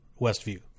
Westview